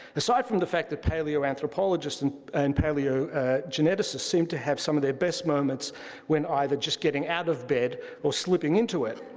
aside from the fact that paleoanthropologists and and paleogeneticists seem to have some of their best moments when either just getting out of bed or slipping into it,